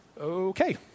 okay